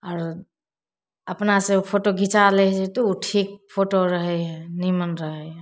आओर अपना से फोटो घिचा लै छै तऽ ओ ठीक फोटो रहै हइ निम्मन रहै हइ